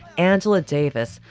angela davis,